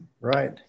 Right